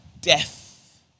death